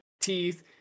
teeth